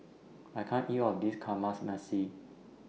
I can't eat All of This Kamameshi